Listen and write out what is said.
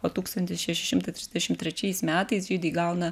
o tūkstantis šeši šimtai trisdešim trečiais metais žydai gauna